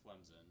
Clemson